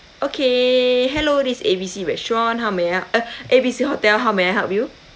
okay hello this A B C restaurant how may I uh A B C hotel how may I help you